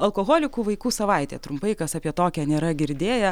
alkoholikų vaikų savaitė trumpai kas apie tokią nėra girdėję